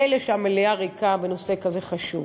מילא שהמליאה ריקה בנושא כזה חשוב,